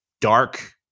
dark